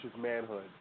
manhood